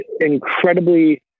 incredibly